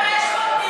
גם 1,500 נרצחים,